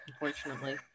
unfortunately